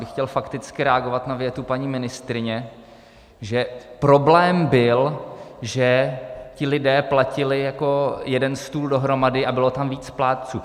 Chtěl bych fakticky reagovat na větu paní ministryně, že problém byl, že ti lidé platili jako jeden stůl dohromady a bylo tam víc plátců.